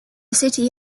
city